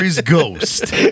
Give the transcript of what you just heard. ghost